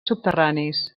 subterranis